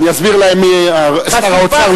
אני אסביר להם מי שר האוצר לשעבר.